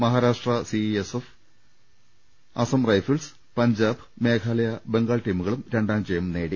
Maharashtra CISF Assam rifles Punjab Meghalaya Bengal ടീമുകളും രണ്ടാംജയം നേടി